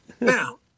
Now